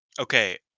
Okay